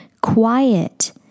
quiet